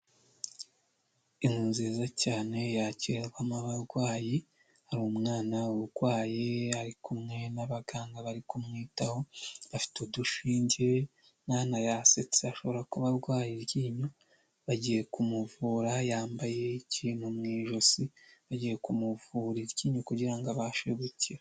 Inzu nziza cyane yakirirwamo abarwayi, hari umwana urwaye ari kumwe n'abaganga bari kumwitaho bafite udushinge umwana yasetse ashobora kuba arwaye iryinyo bagiye kumuvura, yambaye ikintu mu ijosi, bagiye kumuvura iryinyo kugira ngo abashe gukira.